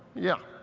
yeah,